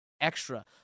extra